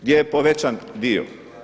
Gdje je povećan dio?